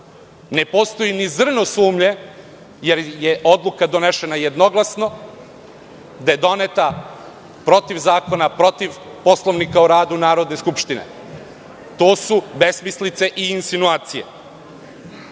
Ne postoji ni zrno sumnje, jer je odluka donesena jednoglasno, da je doneta protiv zakona, protiv Poslovnika o radu Narodne skupštine, to su besmislice i insinuacije.